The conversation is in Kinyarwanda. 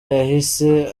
yahise